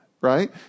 right